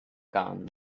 gun